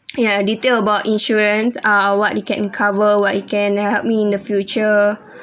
ya detail about insurance ah what it can cover what it can help me in the future